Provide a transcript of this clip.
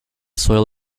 soil